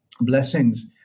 blessings